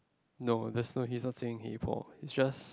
no that's he not saying hey Paul